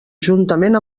juntament